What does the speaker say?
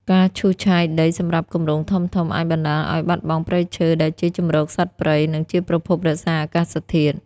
ការឈូសឆាយដីសម្រាប់គម្រោងធំៗអាចបណ្ដាលឲ្យបាត់បង់ព្រៃឈើ ដែលជាជម្រកសត្វព្រៃ និងជាប្រភពរក្សាអាកាសធាតុ។